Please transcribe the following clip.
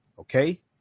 okay